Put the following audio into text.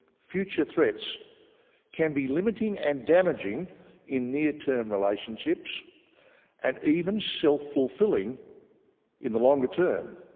future threats can be limiting and damaging in near term relationships and even self-fulfilling in the longer term.